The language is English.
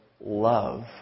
love